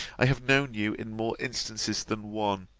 i have known you, in more instances than one,